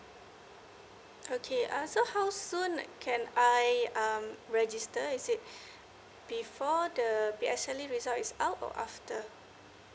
okay uh so soon can I um register is it before the P S L E result is out for after